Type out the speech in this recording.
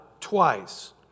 twice